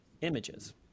images